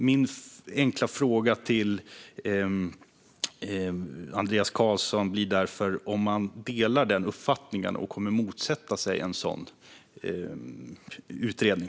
Min enkla fråga till Andreas Carlson blir därför om han delar den uppfattningen och kommer att motsätta sig en sådan utredning.